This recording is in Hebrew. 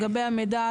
לגבי המידע,